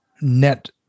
net